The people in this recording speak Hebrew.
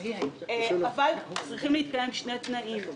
אבל צריכים להתקיים שני תנאים.